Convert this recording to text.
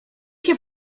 się